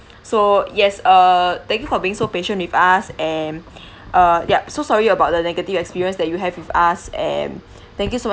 so yes err thank you for being so patient with us and uh yup so sorry about the negative experience that you have with us and thank you so much